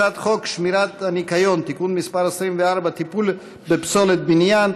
הצעת חוק שמירת הניקיון (תיקון מס' 24) (טיפול בפסולת בניין),